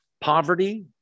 poverty